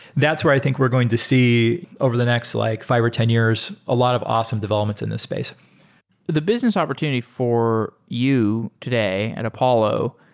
that's where i think we're going to see over the next like five or ten years a lot of awesome developments in this space the business opportunity for you today at apollo,